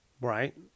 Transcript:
Right